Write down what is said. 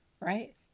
right